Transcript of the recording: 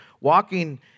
Walking